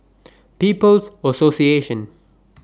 People's Association